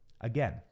Again